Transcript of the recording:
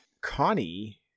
Connie